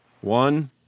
One